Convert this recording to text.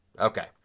Okay